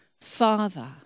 father